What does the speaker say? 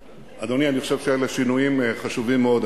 אדוני, אני חושב שאלה שינויים חשובים מאוד.